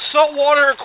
Saltwater